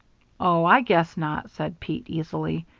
oh, i guess not, said pete, easily.